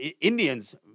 Indians